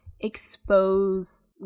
expose